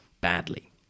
badly